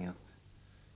miljösynpunkt?